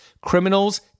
criminals